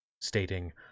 stating